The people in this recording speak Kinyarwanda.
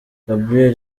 gabriel